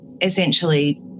essentially